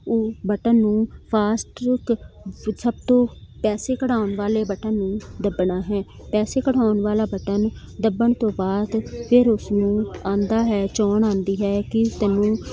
button ਨੂੰ faster ਕ ਸਭ ਤੋਂ ਪੈਸੇ ਕਢਾਉਣ ਵਾਲੇ ਬਟਨ ਨੂੰ ਦੱਬਣਾ ਹੈ ਪੈਸੇ ਕਢਾਉਣ ਵਾਲਾ ਬਟਨ ਦੱਬਣ ਤੋਂ ਬਾਅਦ ਫਿਰ ਉਸ ਨੂੰ ਆਉਂਦਾ ਹੈ ਚੋਣ ਆਉਂਦੀ ਹੈ ਕੀ ਤੈਨੂੰ